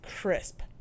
crisp